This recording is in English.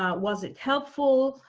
um was it helpful?